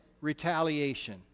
retaliation